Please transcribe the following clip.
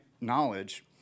knowledge